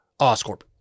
Oscorp